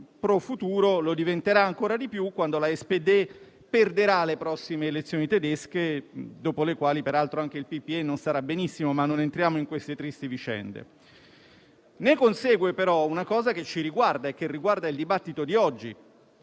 *pro futuro -* lo diventerà ancora di più quando la SPD perderà le prossime elezioni tedesche, dopo le quali peraltro anche il PPE non starà benissimo, ma non entriamo in queste tristi vicende. Ne consegue, però, una cosa che riguarda noi e il dibattito di oggi,